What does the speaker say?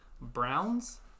Browns